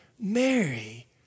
Mary